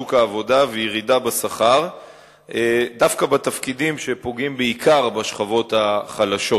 בשוק העבודה וירידה בשכר דווקא בתפקידים שפוגעים בעיקר בשכבות החלשות.